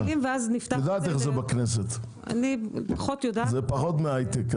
בכנסת זה פחות מהיי-טק.